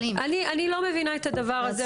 אני לא מבינה את הדבר הזה,